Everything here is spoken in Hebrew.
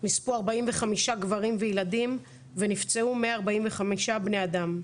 נספו 45 גברים וילדים ונפצעו 145 בני אדם.